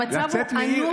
המצב הוא אנוש מאוד.